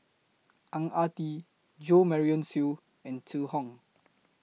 Ang Ah Tee Jo Marion Seow and Zhu Hong